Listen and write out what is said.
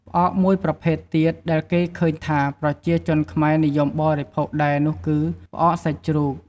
ផ្អកមួយប្រភេទទៀតដែលគេឃើញថា ប្រជាជនខ្មែរនិយមបរិភោគដែរនោះគឺ ផ្អកសាច់ជ្រូក។